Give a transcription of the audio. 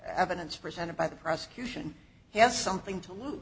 evidence presented by the prosecution has something to